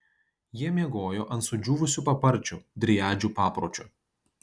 jie miegojo ant sudžiūvusių paparčių driadžių papročiu